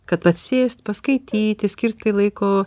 kad atsisėst paskaityti skirti laiko